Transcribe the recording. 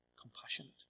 compassionate